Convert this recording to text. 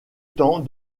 temps